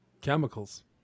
chemicals